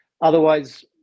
otherwise